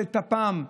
לטפן.